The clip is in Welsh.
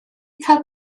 cael